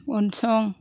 उनसं